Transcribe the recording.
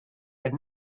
had